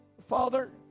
Father